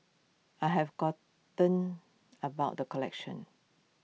I have gotten about the collection